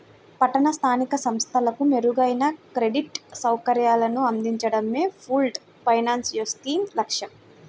పట్టణ స్థానిక సంస్థలకు మెరుగైన క్రెడిట్ సౌకర్యాలను అందించడమే పూల్డ్ ఫైనాన్స్ స్కీమ్ లక్ష్యం